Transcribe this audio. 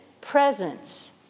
presence